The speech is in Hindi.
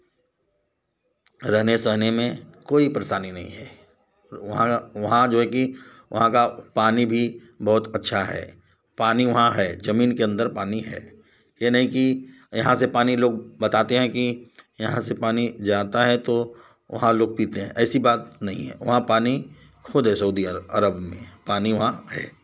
रहने सहने में कोई परेशानी नहीं है वहाँ का वहाँ जो है कि वहाँ का पानी भी बहुत अच्छा है पानी वहाँ है ज़मीन के अंदर पानी है यह नहीं कि यहाँ से पानी लोग बताते हैं कि यहाँ से पानी जाता है तो वहाँ लोग पीते हैं ऐसी बात नहीं है वहाँ पानी खुद है सऊदी अरब में पानी वहाँ है